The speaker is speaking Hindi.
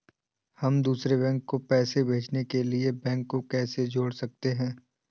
हम दूसरे बैंक को पैसे भेजने के लिए बैंक को कैसे जोड़ सकते हैं?